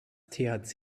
thc